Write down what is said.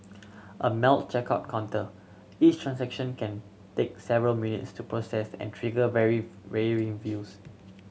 a Melt checkout counter each transaction can take several minutes to process and trigger vary varying views